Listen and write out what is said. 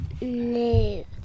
no